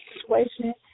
situation